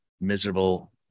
miserable